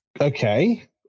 Okay